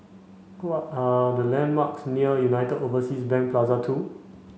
what are the landmarks near United Overseas Bank Plaza Two